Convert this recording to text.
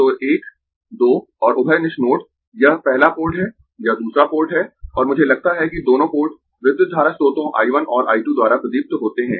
तो 1 2 और उभयनिष्ठ नोड यह पहला पोर्ट है यह दूसरा पोर्ट है और मुझे लगता है कि दोनों पोर्ट विद्युत धारा स्रोतों I 1 और I 2 द्वारा प्रदीप्त होते है